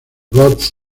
ghost